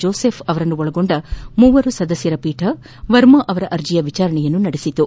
Joseph ಅವರನ್ನೊಳಗೊಂಡ ತ್ರಿಸದಸ್ಯ ಪೀಠ ವರ್ಮ ಅವರ ಅರ್ಜಿಯ ವಿಚಾರಣೆ ನಡೆಸಿತು